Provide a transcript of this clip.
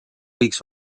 võiks